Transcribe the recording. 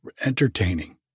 entertaining